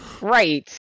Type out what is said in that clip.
Right